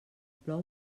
plou